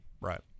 Right